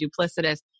duplicitous